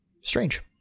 Strange